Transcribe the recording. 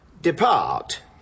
depart